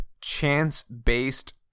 chance-based